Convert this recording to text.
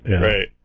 Right